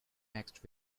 next